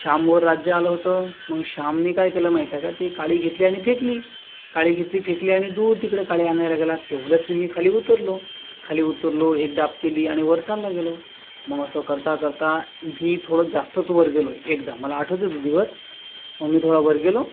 श्यामवर राज्य आलं होतं मग श्यामने काय केलं माहिती आहे काय ती काठी घेतली आणि फेकली काठी घेतली फेकली आणि दूर तिकडं काठी आणायला गेला तेवढ्यात मी खाली उतरलो खाली उतरलो एक डाब केली आणि वर चालला गेलो मग असं करता करता मी थोडं जास्तच वर गेलो एकदम मला आठवतो तो दिवस मग मी थोडा वर गेलो